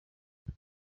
ese